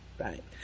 Right